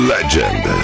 Legend